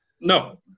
No